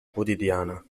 quotidiana